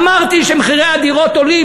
אמרתי שמחירי הדירות עולים,